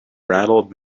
rattled